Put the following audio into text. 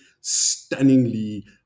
stunningly